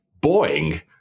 Boeing